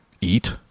eat